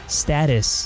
status